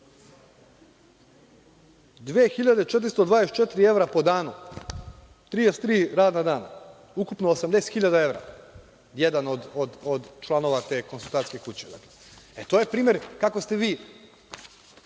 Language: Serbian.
evra po danu, 33 radna rada, ukupno 80.000 evra, jedan od članova te konsultantske kuće. To je primer kako ste vi